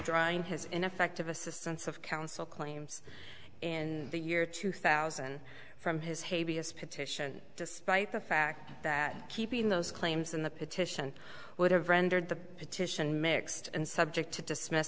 withdrawing his ineffective assistance of counsel claims in the year two thousand from his hay b s petition despite the fact that keeping those claims in the petition would have rendered the petition mixed and subject to dismiss